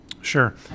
Sure